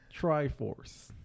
triforce